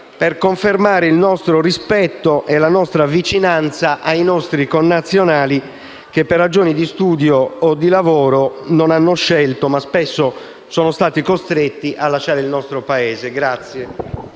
per confermare il nostro rispetto e la nostra vicinanza ai nostri connazionali che, per ragioni di studio o lavoro, non hanno scelto, ma spesso sono stati costretti a lasciare il nostro Paese.